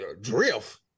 drift